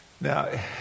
Now